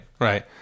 right